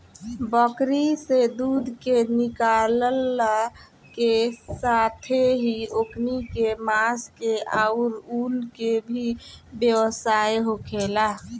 बकरी से दूध के निकालला के साथेही ओकनी के मांस के आउर ऊन के भी व्यवसाय होखेला